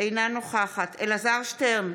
אינה נוכחת אלעזר שטרן,